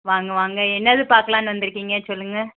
வாங்க வாங்க என்னது பார்க்கலான்னு வந்திருக்கீங்க சொல்லுங்க